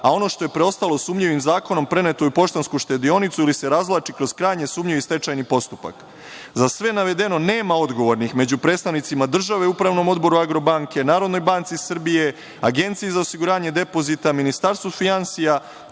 a ono što je preostalo sumnjivim zakonom preneto je u Poštansku štedionicu ili se razvlači krajnje sumnjivi stečajni postupak. Za sve navedeno nema odgovornih među predstavnicima države u Upravnom odboru Agrobanke, u NBS, Agenciji za osiguranje depozita, Ministarstvu finansija